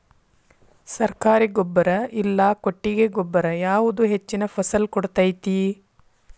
ಸರ್ಕಾರಿ ಗೊಬ್ಬರ ಇಲ್ಲಾ ಕೊಟ್ಟಿಗೆ ಗೊಬ್ಬರ ಯಾವುದು ಹೆಚ್ಚಿನ ಫಸಲ್ ಕೊಡತೈತಿ?